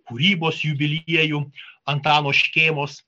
kūrybos jubiliejų antano škėmos